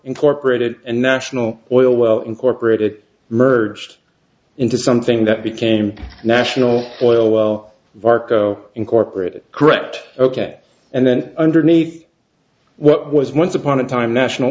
incorporated and national oilwell incorporated merged into something that became national oilwell varco incorporated correct ok and then underneath what was once upon a time national